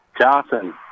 Johnson